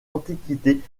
antiquités